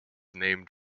named